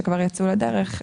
שכבר יצאו לדרך,